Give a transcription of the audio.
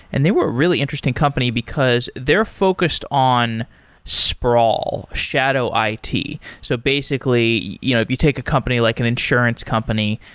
and they were a really interesting company, because they're focused on sprawl, shadow it. so basically, you know if you take a company like an insurance company,